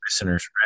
listeners